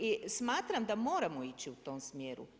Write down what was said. I smatram da moramo ići u tom smjeru.